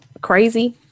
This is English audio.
crazy